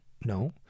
no